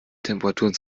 temperaturen